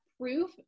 Proof